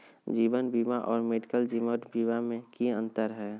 जीवन बीमा और मेडिकल जीवन बीमा में की अंतर है?